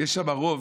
יש שם רוב,